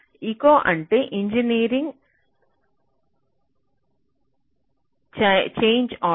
ECO అంటే engineering change order